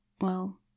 Well